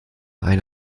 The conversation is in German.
eine